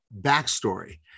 backstory